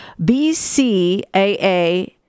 BCAA